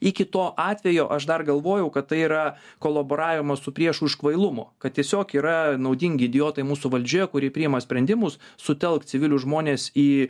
iki to atvejo aš dar galvojau kad tai yra kolaboravimas su priešu iš kvailumo kad tiesiog yra naudingi idiotai mūsų valdžioje kurie priima sprendimus sutelkt civilius žmones į